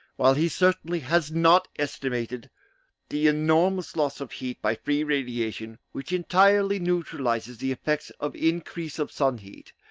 while he certainly has not estimated the enormous loss of heat by free radiation, which entirely neutralises the effects of increase of sun-heat,